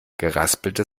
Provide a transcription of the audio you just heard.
geraspelte